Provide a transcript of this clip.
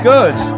Good